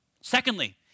Secondly